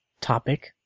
topic